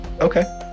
Okay